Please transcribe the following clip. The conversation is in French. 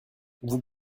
vous